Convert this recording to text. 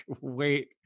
wait